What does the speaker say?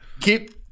Keep